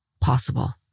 possible